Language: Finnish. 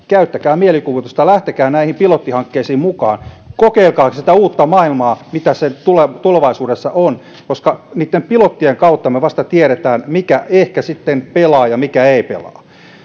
käyttäkää mielikuvitusta lähtekää näihin pilottihankkeisiin mukaan kokeilkaa sitä uutta maailmaa mitä se tulevaisuudessa on koska niitten pilottien kautta me vasta tiedämme mikä ehkä sitten pelaa ja mikä ei pelaa